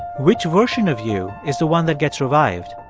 which version of you is the one that gets revived?